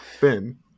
ben